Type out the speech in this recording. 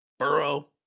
Burrow